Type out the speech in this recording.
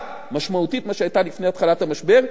משמעותית מאשר היתה לפני התחלת המשבר,